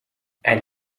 and